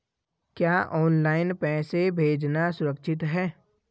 क्या ऑनलाइन पैसे भेजना सुरक्षित है?